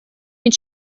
mit